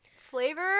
Flavor